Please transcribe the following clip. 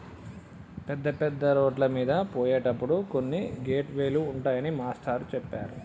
పెద్ద పెద్ద రోడ్లమీద పోయేటప్పుడు కొన్ని గేట్ వే లు ఉంటాయని మాస్టారు చెప్పారు